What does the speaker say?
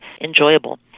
enjoyable